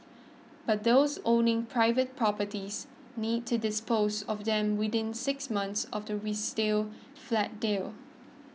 but those owning private properties need to dispose of them within six months of the flat deal